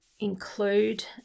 include